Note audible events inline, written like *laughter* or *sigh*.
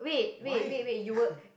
why *noise*